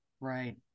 Right